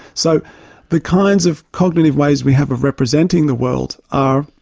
so the kinds of cognitive ways we have of representing the world are,